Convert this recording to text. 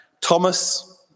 Thomas